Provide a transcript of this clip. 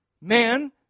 Man